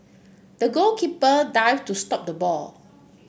the goalkeeper dived to stop the ball